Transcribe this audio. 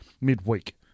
midweek